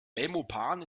belmopan